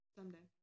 Someday